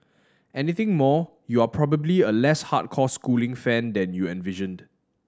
anything more you are probably a less hardcore schooling fan than you envisioned